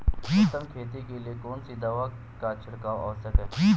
उत्तम खेती के लिए कौन सी दवा का छिड़काव आवश्यक है?